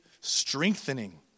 strengthening